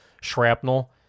shrapnel